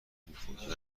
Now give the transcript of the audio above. میخورد